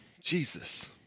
Jesus